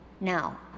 Now